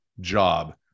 job